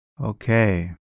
Okay